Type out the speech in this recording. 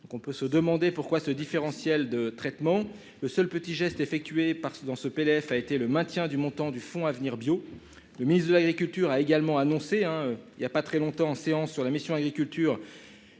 on peut se demander pourquoi ce différentiel de traitement. Le seul petit geste effectué par dans ce PDF a été le maintien du montant du fonds Avenir Bio. Le ministre de l'Agriculture a également annoncé hein. Il y a pas très longtemps en séance sur la mission Agriculture.